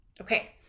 Okay